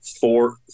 four